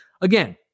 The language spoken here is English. again